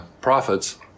profits